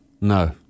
No